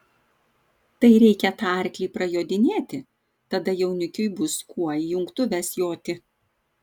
tai reikia tą arklį prajodinėti tada jaunikiui bus kuo į jungtuves joti